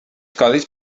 codis